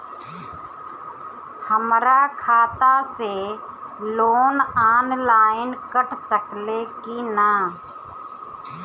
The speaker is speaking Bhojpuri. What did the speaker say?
हमरा खाता से लोन ऑनलाइन कट सकले कि न?